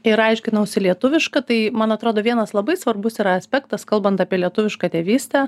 ir aiškinausi lietuvišką tai man atrodo vienas labai svarbus yra aspektas kalbant apie lietuvišką tėvystę